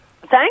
Thank